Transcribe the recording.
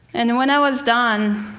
and when i was done,